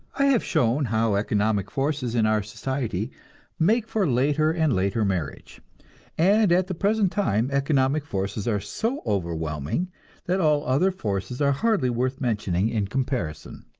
i have shown how economic forces in our society make for later and later marriage and at the present time economic forces are so overwhelming that all other forces are hardly worth mentioning in comparison.